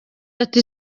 ati